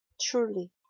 truly